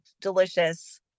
delicious